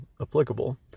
applicable